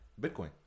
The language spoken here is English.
Bitcoin